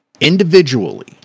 individually